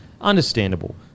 Understandable